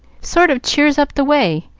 sort of cheers up the way,